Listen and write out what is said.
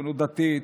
הציונות הדתית,